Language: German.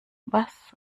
was